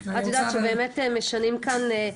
את יודעת שבאמת משנים כאן,